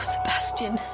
Sebastian